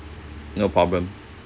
no problem